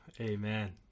Amen